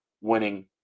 winning